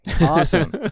Awesome